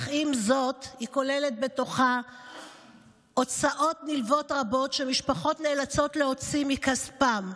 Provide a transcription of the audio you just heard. אך עם זאת היא כוללת הוצאות נלוות רבות שמשפחות נאלצות להוציא מכספן,